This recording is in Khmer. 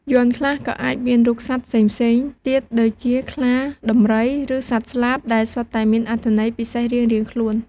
យ័ន្តខ្លះក៏អាចមានរូបសត្វផ្សេងៗទៀត ដូចជាខ្លា ដំរី ឬសត្វស្លាប ដែលសុទ្ធតែមានអត្ថន័យពិសេសរៀងៗខ្លួន។